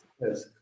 Yes